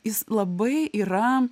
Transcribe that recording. jis labai yra